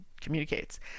communicates